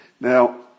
Now